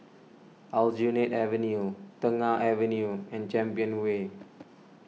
Aljunied Avenue Tengah Avenue and Champion Way